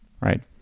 right